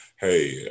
hey